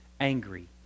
angry